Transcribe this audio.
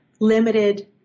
limited